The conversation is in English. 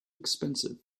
expensive